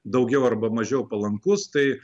daugiau arba mažiau palankus tai